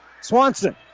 Swanson